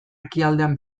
ekialdean